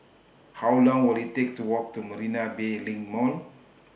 How Long Will IT Take to Walk to Marina Bay LINK Mall